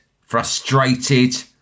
frustrated